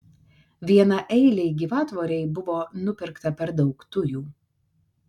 vienaeilei gyvatvorei buvo nupirkta per daug tujų